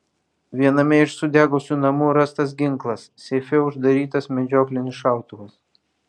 viename iš sudegusių namų rastas ginklas seife uždarytas medžioklinis šautuvas